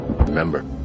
Remember